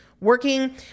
working